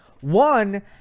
One